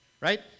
right